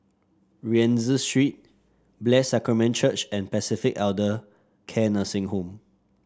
Rienzi Street Blessed Sacrament Church and Pacific Elder Care Nursing Home